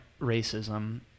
racism